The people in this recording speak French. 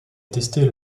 testé